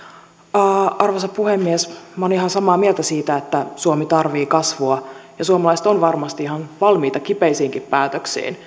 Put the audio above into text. arvoisa puhemies minä olen ihan samaa mieltä siitä että suomi tarvitsee kasvua ja suomalaiset ovat varmasti ihan valmiita kipeisiinkin päätöksiin